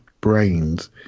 brains